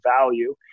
value